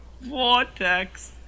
Vortex